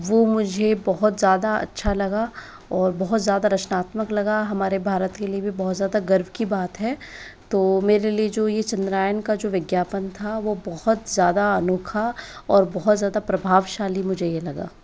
वो मुझे बहुत ज़्यादा अच्छा लगा और बहुत ज़्यादा रचनात्मक लगा हमारे भारत के लिए भी बहुत ज़्यादा गर्व की बात है तो मेरे लिए जो यह चन्द्रायन का जो विज्ञापन था वो बहुत ज़्यादा अनोखा और बहुत ज़्यादा प्रभावशाली मुझे ये लगा